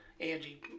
Angie